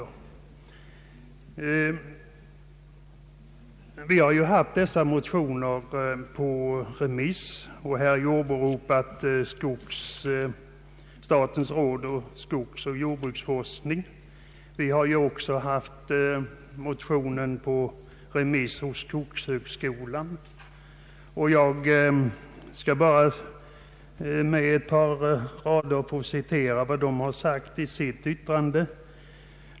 Utskottet har haft motionerna på remiss. Här har åberopats statens råd för skogsoch jordbruksforskning. Skogshögskolan har också haft motionerna på remiss. Jag vill helt kort återge några rader från skogshögskolans remissyttrande.